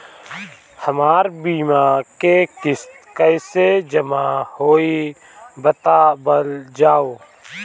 हमर बीमा के किस्त कइसे जमा होई बतावल जाओ?